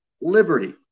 liberty